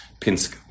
Pinsk